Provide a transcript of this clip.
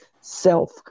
self